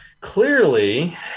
clearly